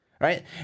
Right